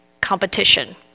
competition